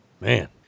Man